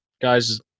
guys